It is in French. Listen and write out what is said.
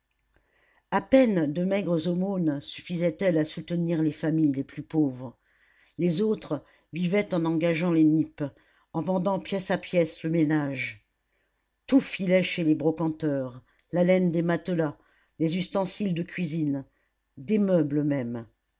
a peine de maigres aumônes suffisaient elles à soutenir les familles les plus pauvres les autres vivaient en engageant les nippes en vendant pièce à pièce le ménage tout filait chez les brocanteurs la laine des matelas les ustensiles de cuisine des meubles même